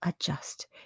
adjust